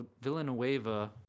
Villanueva